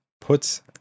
puts